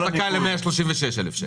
אז הוא זכאי ל-136,000 שקל.